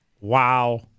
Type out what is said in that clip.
Wow